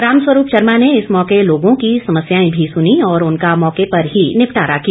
रामस्वरूप शर्मा ने इस मौके लोगों की समस्याएं भी सुनी और उनका मौके पर ही निपटरा किया